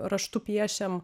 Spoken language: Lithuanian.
raštu piešiam